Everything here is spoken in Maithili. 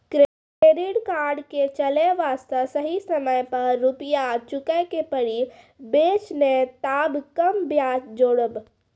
क्रेडिट कार्ड के चले वास्ते सही समय पर रुपिया चुके के पड़ी बेंच ने ताब कम ब्याज जोरब?